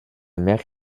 mère